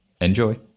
Enjoy